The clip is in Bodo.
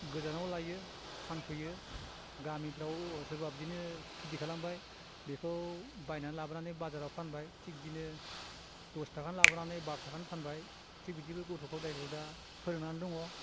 गोजानाव लायो फानफैयो गामिफोराव सोरबा बिदिनो खेति खालामबाय बेखौ बायनानै लाबोनानै बाजाराव फानबाय थिक बिदिनो दस ताकानि लाबोनानै बार' ताकानि फानबाय थिक बिदिबो गथ' गथायखौ दा फोरोंनानै दङ